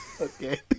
Okay